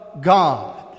God